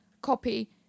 copy